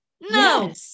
No